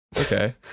Okay